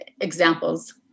examples